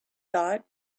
thought